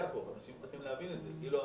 אנשים צריכים להבין שזה מה שהיה פה,